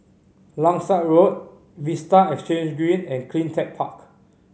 Langsat Road Vista Exhange Green and Cleantech Park